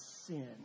Sin